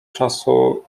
czasu